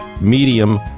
medium